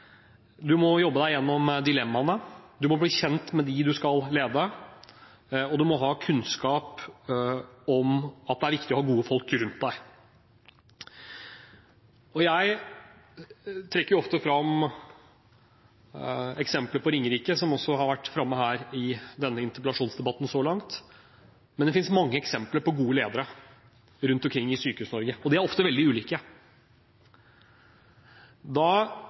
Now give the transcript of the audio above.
må jobbe seg gjennom dilemmaene, man må bli kjent med dem man skal lede, og man må ha kunnskap om at det er viktig å ha gode folk rundt seg. Jeg trekker ofte fram eksemplet på Ringerike, som også har vært framme i denne interpellasjonsdebatten. Det finnes mange eksempler på gode ledere rundt omkring i Sykehus-Norge, og de er ofte veldig ulike. Da